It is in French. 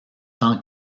tant